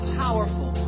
powerful